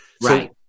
Right